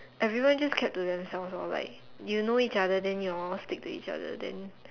everyone just kept to themselves lor like you know each other then you all stick to each other then